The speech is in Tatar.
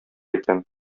икән